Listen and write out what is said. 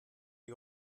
die